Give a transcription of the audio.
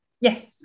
Yes